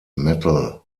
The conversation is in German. metal